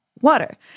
water